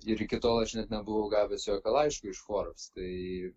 ir iki tol aš net nebuvau gavęs jokio laiško iš forbes tai